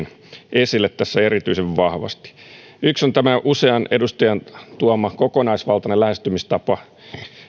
esille erityisen vahvasti yksi on tämä usean edustajan tuoma kokonaisvaltainen lähestymistapa